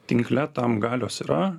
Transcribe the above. tinkle tam galios yra